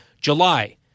July